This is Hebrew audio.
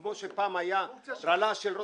אז הוא יחזיק שני רישיונות,